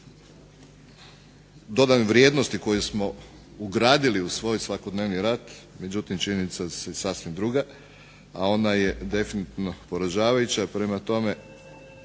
dodane vrijednosti koje smo ugradili u svoj svakodnevni rad, međutim činjenica je sasvim druga, a ona je definitivno poražavajuća. Prema tome